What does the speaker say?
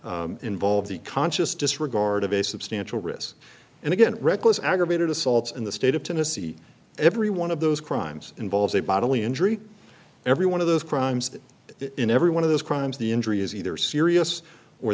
that involve the conscious disregard of a substantial risk and again reckless aggravated assault in the state of tennessee every one of those crimes involves a bodily injury every one of those crimes that in every one of those crimes the injury is either serious